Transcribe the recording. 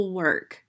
work